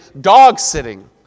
dog-sitting